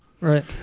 right